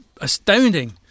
astounding